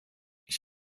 ich